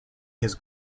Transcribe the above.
his